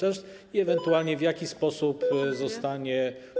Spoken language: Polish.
I - ewentualnie - w jaki sposób zostanie.